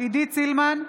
עידית סילמן,